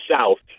South